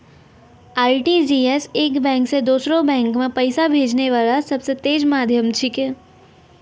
RTGS एक bank से दोसरो बैंक मे पैसा भेजै वाला सबसे तेज माध्यम छिकै